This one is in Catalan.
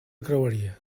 creueria